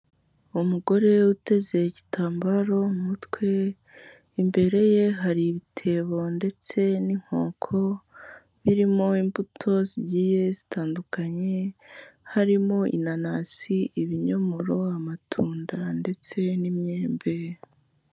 Umugore uteze igitambaro mu mutwe, imbere ye hari ibitebo ndetse n'inkoko birimo imbuto zigiye zitandukanye harimo inanasi, ibinyomoro, amatunda ndetse n'imyembe.